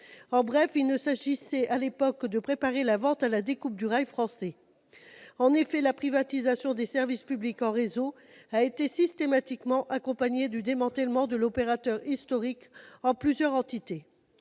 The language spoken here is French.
En bref, il ne s'agissait à l'époque que de préparer la vente à la découpe du rail français. En effet, la privatisation des services publics en réseau a été systématiquement accompagnée du démantèlement de l'opérateur historique en plusieurs entités.